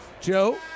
Joe